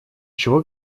чего